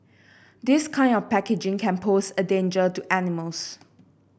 this kind of packaging can pose a danger to animals